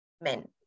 men